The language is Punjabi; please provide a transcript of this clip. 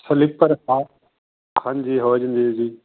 ਸਲੀਪਰ ਹਾਂ ਹਾਂਜੀ ਹੋ ਜੂਗੀ ਜੀ